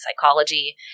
psychology